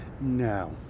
Now